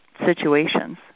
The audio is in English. situations